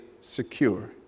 secure